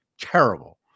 terrible